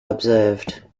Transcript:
observed